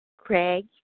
Craig